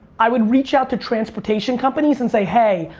i would reach out to transportation companies and say, hey,